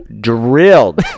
Drilled